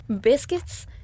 biscuits